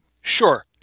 Sure